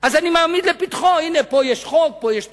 אז אני מעמיד לפתחו: הנה, פה יש חוק, פה יש תקנה,